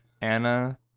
Anna